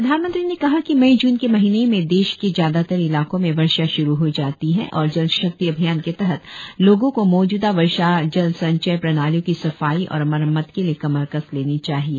प्रधानमंत्री ने कहा कि मई जून के महीने में देश के ज्यादातर इलाकों में वर्षा श्रू हो जाती है और जल शक्ति अभियान के तहत लोगों को मौज़दा वर्षा जल संचय प्रणालियों की सफाई और मरम्मत के लिए कमर कस लेनी चाहिए